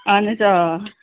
اَہَن حظ آ